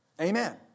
Amen